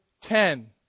ten